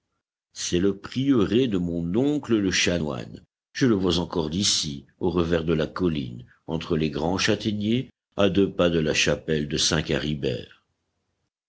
c'est le prieuré de mon oncle le chanoine je le vois encore d'ici au revers de la colline entre les grands châtaigniers à deux pas de la chapelle de